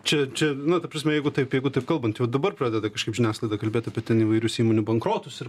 čia čia nu ta prasme jeigu taip jeigu taip kalbant jau dabar pradeda kažkaip žiniasklaida kalbėt apie įvairius įmonių bankrotus ir